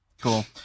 Cool